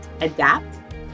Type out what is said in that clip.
adapt